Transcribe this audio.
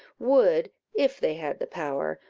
would, if they had the power,